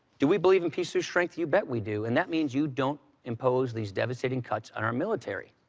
do we believe in peace through strength? you bet we do. and that means you don't impose these devastating cuts on our military.